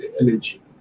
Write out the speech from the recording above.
energy